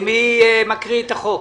מי מקריא את החוק,